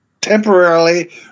temporarily